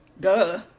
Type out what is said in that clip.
duh